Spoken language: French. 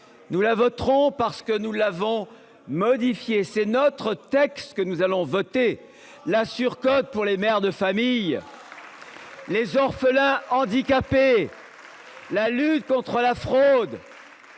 Nous la voterons parce que nous l'avons modifié c'est notre texte que nous allons voter la surcote pour les mères de famille. Les orphelins, handicapés. La lutte contre la fraude.